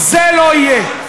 זה לא יהיה.